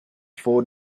four